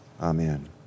Amen